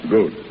Good